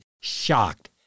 shocked